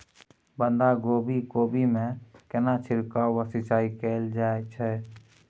बंधागोभी कोबी मे केना छिरकाव व सिंचाई कैल जाय छै?